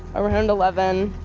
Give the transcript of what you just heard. around eleven.